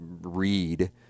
read